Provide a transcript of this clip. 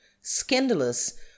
scandalous